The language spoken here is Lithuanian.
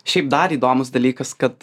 šiaip dar įdomus dalykas kad